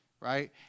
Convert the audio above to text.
right